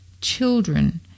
children